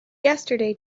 yesterday